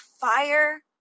fire